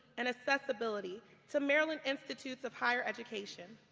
and accessibility to maryland institutes of higher education.